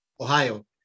Ohio